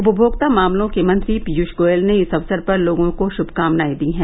उपभोक्ता मामलों के मंत्री पीयुष गोयल ने इस अवसर पर लोगों को शुभकामनाएं दी हैं